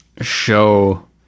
show